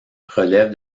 relève